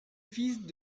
fils